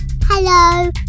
Hello